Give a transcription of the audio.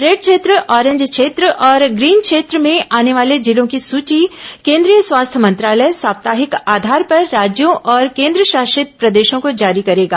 red क्षेत्र orange क्षेत्र और ग्रीन क्षेत्र में आने वाले जिलों की सूची केंद्रीय स्वास्थ्य मंत्रालय साप्ताहिक आधार पर राज्यों और केंद्रशासित प्रदेशों को जारी करेगा